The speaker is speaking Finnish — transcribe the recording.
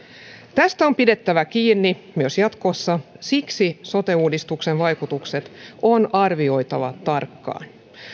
tästä on pidettävä kiinni myös jatkossa siksi sote uudistuksen vaikutukset on arvioitava tarkkaan